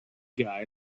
guide